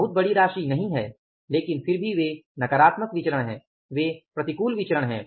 बहुत बड़ी राशि नहीं है लेकिन फिर भी वे नकारात्मक विचरण हैं वे प्रतिकूल विचरण हैं